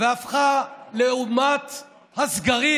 והפכה אותה לאומת הסגרים,